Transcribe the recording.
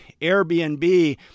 Airbnb